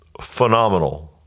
phenomenal –